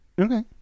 Okay